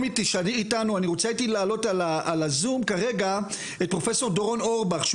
אני רוצה לתת את רשות הדיבור לפרופ' אורבך,